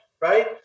right